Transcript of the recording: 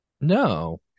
No